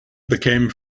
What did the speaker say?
became